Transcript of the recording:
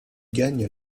gagne